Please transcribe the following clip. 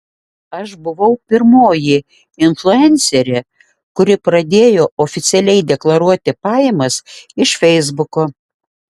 aš buvau pirmoji influencerė kuri pradėjo oficialiai deklaruoti pajamas iš feisbuko